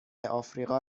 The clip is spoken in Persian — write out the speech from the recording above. افریقا